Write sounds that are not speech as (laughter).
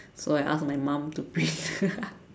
so I ask from my mum to print (laughs)